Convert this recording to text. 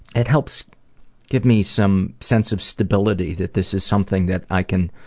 it helps give me some sense of stability that this is something that i can